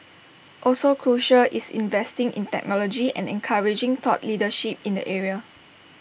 also crucial is investing in technology and encouraging thought leadership in the area